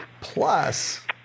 Plus